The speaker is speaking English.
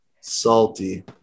Salty